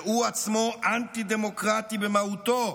שהוא עצמו אנטי-דמוקרטי במהותו.